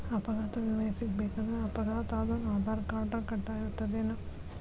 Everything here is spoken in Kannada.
ಅಪಘಾತ್ ವಿಮೆ ಸಿಗ್ಬೇಕಂದ್ರ ಅಪ್ಘಾತಾದೊನ್ ಆಧಾರ್ರ್ಕಾರ್ಡ್ ಕಡ್ಡಾಯಿರ್ತದೇನ್?